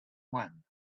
one